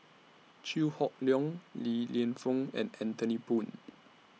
Chew Hock Leong Li Lienfung and Anthony Poon